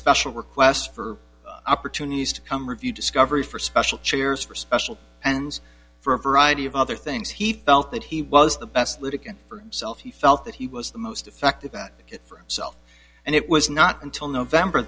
special requests for opportunities to come review discovery for special cheers for special and for a variety of other things he felt that he was the best litigant for self he felt that he was the most effective bet for self and it was not until november